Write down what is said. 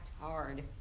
Hard